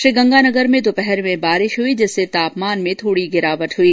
श्रीगंगानगर में दोपहर में बारिश हुई जिससे तापमान में थोड़ी गिरावट हुई